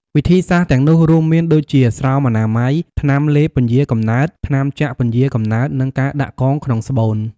វិធីសាស្ត្រទាំងនោះរួមមានដូចជា ស្រោមអនាម័យ ថ្នាំលេបពន្យារកំណើត ថ្នាំចាក់ពន្យារកំណើត និងការដាក់កងក្នុងស្បូន។